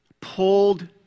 pulled